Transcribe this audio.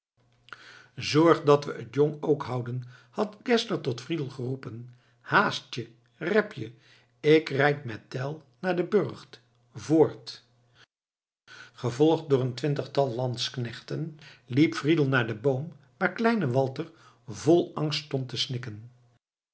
zorg dat we het jong ook houden had geszler tot friedel geroepen haast je rep je ik rijd met tell naar den burcht voort gevolgd door een twintigtal lansknechten liep friedel naar den boom waar kleine walter vol angst stond te snikken